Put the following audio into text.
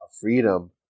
freedom